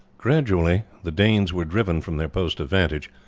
gradually the danes were driven from their post of vantage,